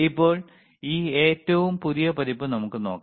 ഇപ്പോൾ ഈ ഏറ്റവും പുതിയ പതിപ്പ് നമുക്ക് നോക്കാം